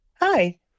hi